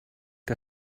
que